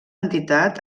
entitat